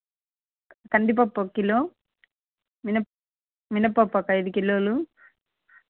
కందిపప్పు ఒక కిలో మినప్ మినపప్పు ఒక ఐదు కిలోలు